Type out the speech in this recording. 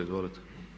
Izvolite.